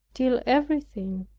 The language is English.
till everything,